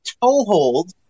toehold